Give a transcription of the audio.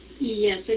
Yes